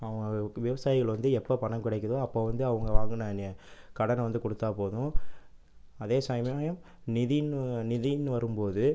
விவசாயிகள் வந்து எப்போது பணம் கிடைக்குதோ அப்போது வந்து அவங்க வாங்கின கடனை வந்து கொடுத்தால் போதும் அதே சமயம் நிதின்னு நிதின்னு வரும் போது